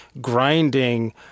grinding